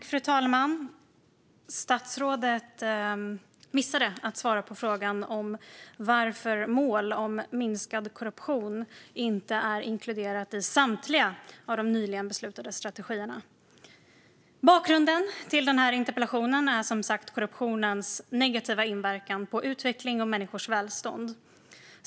Fru talman! Statsrådet missade att svara på frågan varför mål om minskad korruption inte är inkluderat i samtliga av de nyligen beslutade strategierna. Bakgrunden till den här interpellationen är som sagt korruptionens negativa inverkan på utveckling och människors välstånd.